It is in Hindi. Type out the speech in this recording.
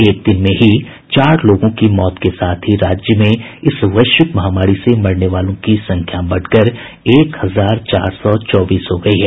एक दिन में ही चार लोगों की मौत के साथ ही राज्य में इस वैश्विक महामारी से मरने वालों की संख्या बढ़कर एक हजार चार सौ चौबीस हो गई है